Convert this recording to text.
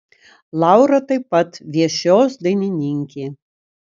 laura taip pat viešios dainininkė